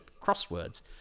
crosswords